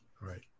Right